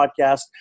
podcast